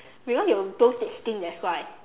because you too thick skin that's why